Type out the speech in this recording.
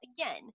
again